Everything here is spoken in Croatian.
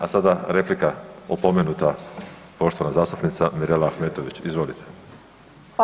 A sada replika opomenuta poštovana zastupnica Mirela Ahmetović, izvolite.